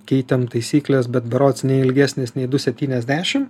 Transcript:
keitėm taisykles bet berods ne ilgesnės nei du septyniasdešimt